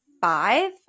five